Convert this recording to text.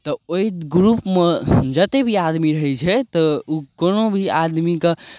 तऽ ओहि ग्रुपमे जतेक भी आदमी रहै छै तऽ ओ कोनो भी आदमीके